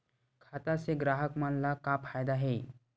खाता से ग्राहक मन ला का फ़ायदा हे?